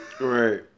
Right